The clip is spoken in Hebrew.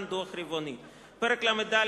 (דוח רבעוני); פרק ל"ד,